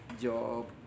job